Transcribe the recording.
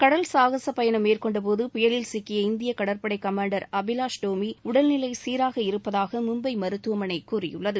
கடல் சாகச பயணம் மேற்கொண்டபோது புயலில் சிக்கிய இந்திய கடற்படை கமாண்டர் அபிவாஷ் டோமி உடல்நிலை சீராக இருப்பதாக மும்பை மருத்துவமனை கூறியுள்ளது